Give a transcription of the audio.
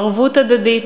ערבות הדדית,